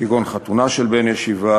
כגון חתונה של בן ישיבה,